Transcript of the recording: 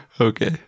Okay